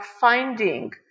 finding